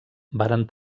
varen